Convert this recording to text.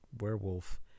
Werewolf